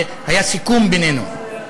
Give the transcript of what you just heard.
היה סיכום בינינו.